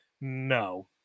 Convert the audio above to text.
No